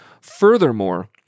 Furthermore